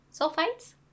Sulfites